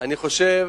אני חושב